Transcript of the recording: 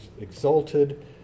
exalted